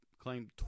claimed